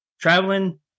traveling